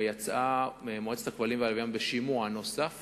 יצאה מועצת הכבלים והלוויין בשימוע נוסף